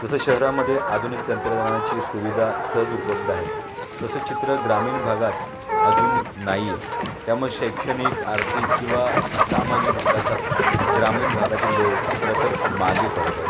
जसं शहरामध्ये आधुनिक तंत्रज्ञानाची सुविधा सहज उपलब्ध आहे तसं चित्र ग्रामीण भागात अजून नाही आहे त्यामुळे शैक्षणिक आर्थिक किंवा सामाजिक विकासात ग्रामीण भागातील लोक खरं तर मागे पडत आहेत